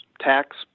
tax